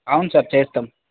అవును సార్ చేస్తాం